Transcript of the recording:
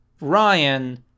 ryan